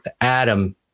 Adam